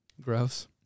gross